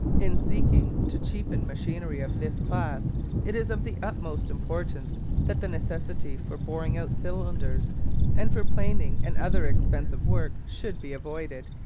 in seeking to cheapen machinery of this class it is of the utmost importance that the necessity for boring out cylinders and for planing and other expensive work should be avoided.